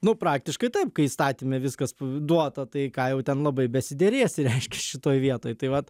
nu praktiškai taip kai įstatyme viskas duota tai ką jau ten labai besiderėsi reiškia šitoj vietoj tai vat